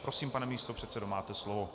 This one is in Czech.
Prosím, pane místopředsedo, máte slovo.